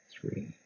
Three